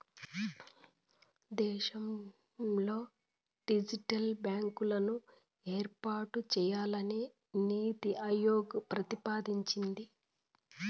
దేశంలో డిజిటల్ బ్యాంకులను ఏర్పాటు చేయాలని నీతి ఆయోగ్ ప్రతిపాదించింది